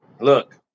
Look